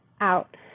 out